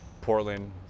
Portland